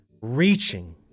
reaching